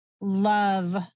love